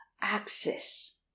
access